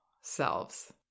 selves